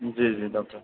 جی جی ڈاکٹر